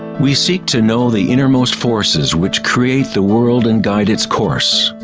we seek to know the innermost forces which create the world and guide its course.